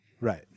Right